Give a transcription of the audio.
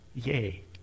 Yay